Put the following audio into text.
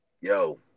Yo